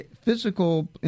physical